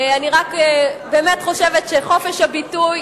אני רק באמת חושבת שחופש הביטוי,